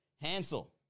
Hansel